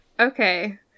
Okay